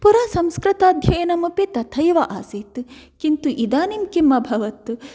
पुरा संस्कृताध्ययनम् अपि तथैव आसीत् किन्तु इदानीं किम् अभवत्